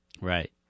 Right